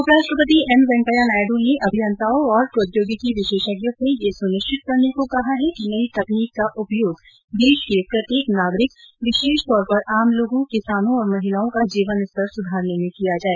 उपराष्ट्रपति एम वेंकैया नायड् ने अभियंताओं और प्रौद्योगिकी विशेषज्ञों से यह सुनिश्चित करने को कहा है कि नई तकनीक का उपयोग देश के प्रत्येक नागरिक विशेषकर आम लोगों किसानों और महिलाओं का जीवन स्तर सुधारने में किया जाए